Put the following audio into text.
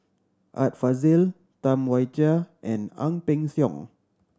Art Fazil Tam Wai Jia and Ang Peng Siong